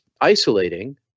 isolating